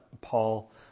Paul